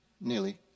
nearly